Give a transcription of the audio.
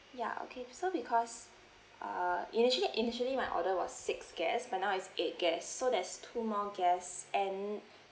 ya okay so because uh initially initially my order was six guests but now it's eight guests so there's two more guests and